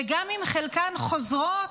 וגם אם חלקן חוזרות,